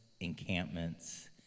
Encampments